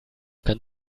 kann